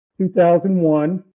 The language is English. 2001